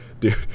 dude